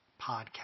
podcast